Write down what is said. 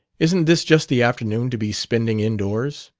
isn't this just the afternoon to be spending indoors?